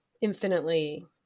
infinitely